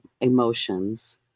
emotions